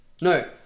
No